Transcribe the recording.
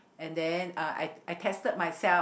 and then uh I I tested myself